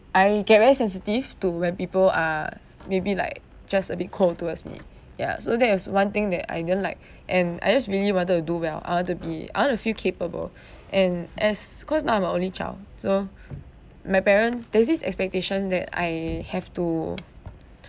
I get very sensitive to when people are maybe like just a bit cold towards me ya so that was one thing that I didn't like and I just really wanted to do well I want to be I want to feel capable and as cause now I'm an only child so my parents there's this expectations that I have to